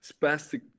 spastic